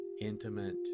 intimate